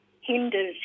hinders